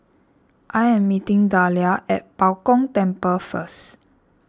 I am meeting Dahlia at Bao Gong Temple first